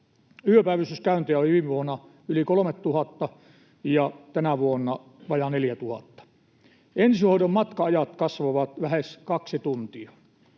Yöpäivystyskäyntejä oli viime vuonna yli 3 000 ja tänä vuonna vajaa 4 000. Ensihoidon matka-ajat kasvavat lähes kaksi tuntia.